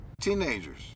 teenagers